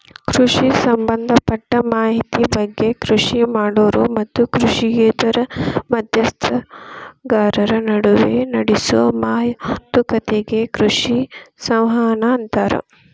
ಕೃಷಿ ಸಂಭದಪಟ್ಟ ಮಾಹಿತಿ ಬಗ್ಗೆ ಕೃಷಿ ಮಾಡೋರು ಮತ್ತು ಕೃಷಿಯೇತರ ಮಧ್ಯಸ್ಥಗಾರರ ನಡುವ ನಡೆಸೋ ಮಾತುಕತಿಗೆ ಕೃಷಿ ಸಂವಹನ ಅಂತಾರ